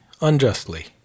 unjustly